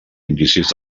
indicis